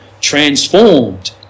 transformed